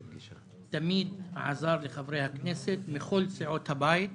תמיד עזר לחברי הכנסת מכל סיעות הבית,